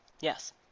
Yes